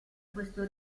questo